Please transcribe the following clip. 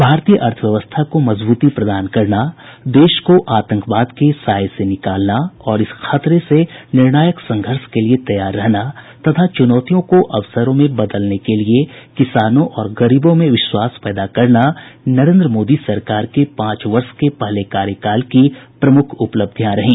भारतीय अर्थव्यवस्था को मजबूती प्रदान करना देश को आंतकवाद के साए से निकालना और इस खतरे से निर्णायक संघर्ष के लिए तैयार रहना तथा चूनौतियों को अवसरों में बदलने के लिए किसानों और गरीबों में विश्वास पैदा करना नरेन्द्र मोदी सरकार के पांच वर्ष के पहले कार्यकाल की प्रमुख उपलब्धियां रहीं